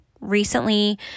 recently